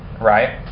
right